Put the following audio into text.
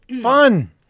Fun